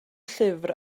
llyfr